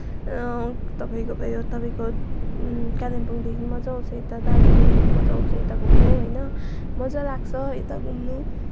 र तपाईँको भयो तपाईँको कालिम्पोङदेखि मजा आउँछ यता दार्जिलिङदेखि मजा आउँछ यता घुम्नु होइन मजा लाग्छ यता घुम्नु